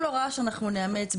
כל הוראה שאנחנו נאמץ,